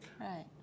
Right